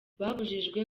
babujijwe